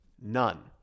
none